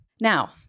Now